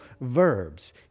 verbs